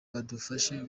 badufashe